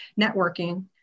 networking